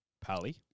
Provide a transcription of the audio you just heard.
Polly